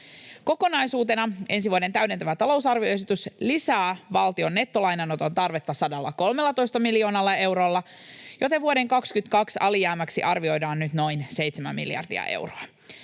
Kokonaisuutena ensi vuoden täydentävä talousarvioesitys lisää valtion nettolainanoton tarvetta 113 miljoonalla eurolla, joten vuoden 22 alijäämäksi arvioidaan nyt noin 7 miljardia euroa